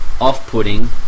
off-putting